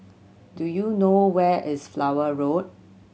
do you know where is Flower Road